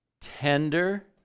tender